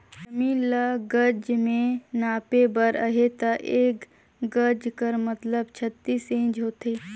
जमीन ल गज में नापे बर अहे ता एक गज कर मतलब छत्तीस इंच होथे